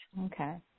Okay